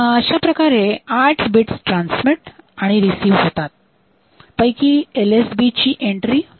अशाप्रकारे आठ bits transmit आणि रिसिव्ह होतात पैकी एल एस बी ची एन्ट्री फर्स्ट होते